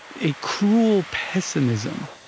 a cruel pessimism